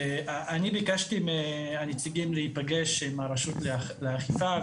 אני ביקשתי מהנציגים להיפגש עם הרשות לאכיפה,